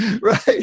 right